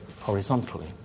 horizontally